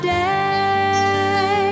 day